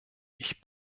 ich